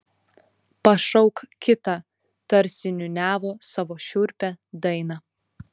pašauk kitą tarsi niūniavo savo šiurpią dainą